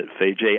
Fiji